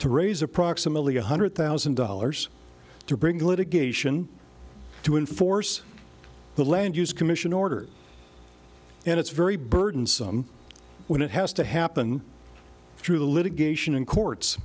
to raise approximately one hundred thousand dollars to bring litigation to enforce the land use commission order and it's very burdensome when it has to happen through the litigation and courts